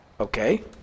Okay